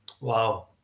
Wow